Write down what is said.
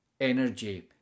energy